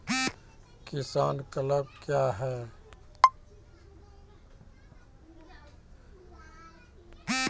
किसान क्लब क्या हैं?